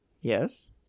Yes